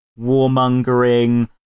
warmongering